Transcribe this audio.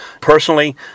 personally